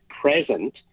present